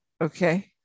Okay